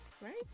right